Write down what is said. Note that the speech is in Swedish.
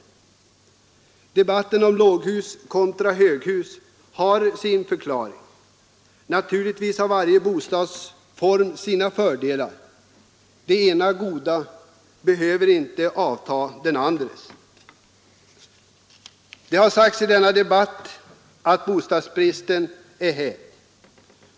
Debatten om låghus kontra höghus har sin förklaring. Naturligtvis har varje bostadsform sina fördelar. Det ena goda behöver inte förskjuta det andra. Det har sagts i denna debatt att bostadsbristen är hävd.